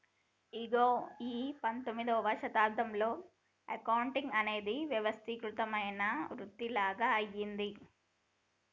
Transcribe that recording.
ఇగో ఈ పందొమ్మిదవ శతాబ్దంలో అకౌంటింగ్ అనేది వ్యవస్థీకృతమైన వృతిలాగ అయ్యింది